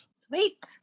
Sweet